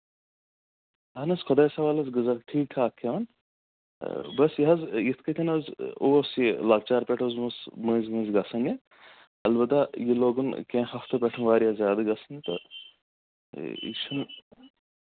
اَہن حظ خۄدایَس حَوالہٕ حظ غزہ ٹھیٖک ٹھاکھ کھیٚوان تہٕ بَس یہِ حظ یِتھۍ کٲٹھۍ حظ اوس یہِ لۄکچار پٮ۪ٹھ اوسُس بہٕ مٔنٛزۍ مٔنٛزۍ گژھان یہِ اَلبتہ یہِ لوگُن کیٚنٛہہ ہَفتو پٮ۪ٹھ زیادٕ گژھُن تہٕ یہِ چھُنہٕ